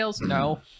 No